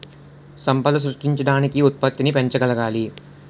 సంపద సృష్టించడానికి ఉత్పత్తిని పెంచగలగాలి